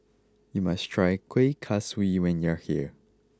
you must try Kuih Kaswi when you are here